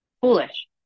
Foolish